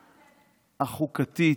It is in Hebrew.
החוקתית,